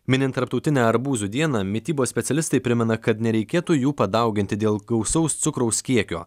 minint tarptautinę arbūzų dieną mitybos specialistai primena kad nereikėtų jų padauginti dėl gausaus cukraus kiekio